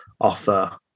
offer